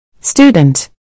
Student